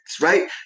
right